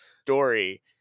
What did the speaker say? story